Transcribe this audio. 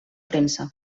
premsa